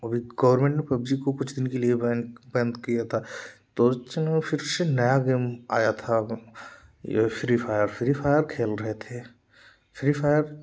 वो भी गोरमेंट ने पब्जी को कुछ दिन के लिए बैन बंद किया था तो चनों फिर से नया गेम आया था ये फ्री फायर फ्री फायर खेल रहे थे फ्री फायर